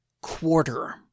quarter